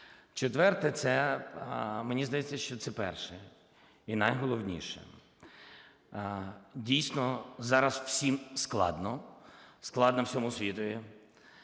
четверте – це, мені здається, що це перше і найголовніше. Дійсно, зараз всім складно. Складно всьому світові.